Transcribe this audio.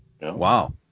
Wow